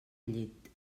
llit